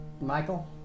Michael